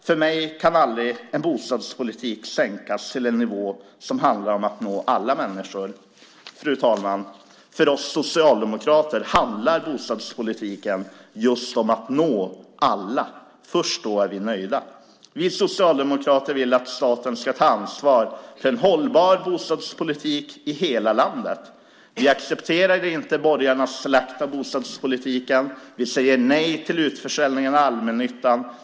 För mig kan aldrig en bostadspolitik sänkas till en nivå som handlar om att nå alla människor." Fru talman! För oss socialdemokrater handlar bostadspolitiken just om att nå alla. Först då är vi nöjda. Vi socialdemokrater vill att staten ska ta ansvar för en hållbar bostadspolitik i hela landet. Vi accepterar inte borgarnas slakt av bostadspolitiken. Vi säger nej till utförsäljningen av allmännyttan.